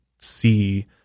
see